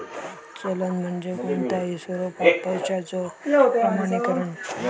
चलन म्हणजे कोणताही स्वरूपात पैशाचो प्रमाणीकरण